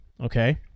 okay